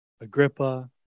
Agrippa